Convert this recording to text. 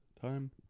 time